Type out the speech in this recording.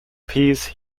piece